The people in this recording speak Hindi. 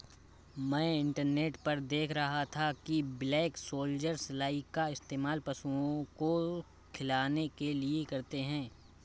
मैं इंटरनेट पर देख रहा था कि ब्लैक सोल्जर सिलाई का इस्तेमाल पशुओं को खिलाने के लिए करते हैं